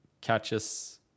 catches